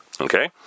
Okay